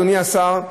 אדוני השר,